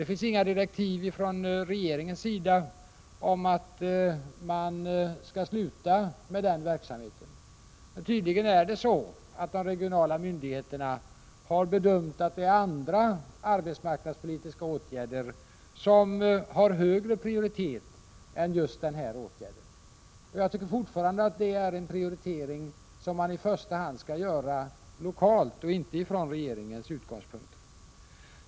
Det finns inga direktiv från regeringens sida om att man skall sluta med den verksamheten. De regionala myndigheterna har tydligen gjort bedömningen att andra arbetsmarknadspolitiska åtgärder har en högre prioritet än just den här åtgärden. Jag tycker fortfarande att det är en prioritering som i första hand skall göras lokalt, inte från regeringens utgångspunkter.